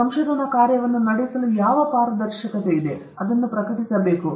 ಈ ಸಂಶೋಧನಾ ಕಾರ್ಯವನ್ನು ನಡೆಸಲು ಯಾವ ಪಾರದರ್ಶಕತೆ ಇದೆ ಅದನ್ನು ಪ್ರಕಟಿಸಬೇಕು